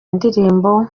indirimbo